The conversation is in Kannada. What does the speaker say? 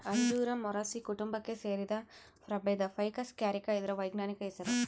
ಅಂಜೂರ ಮೊರಸಿ ಕುಟುಂಬಕ್ಕೆ ಸೇರಿದ ಪ್ರಭೇದ ಫೈಕಸ್ ಕ್ಯಾರಿಕ ಇದರ ವೈಜ್ಞಾನಿಕ ಹೆಸರು